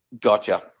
Gotcha